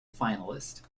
finalist